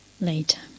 later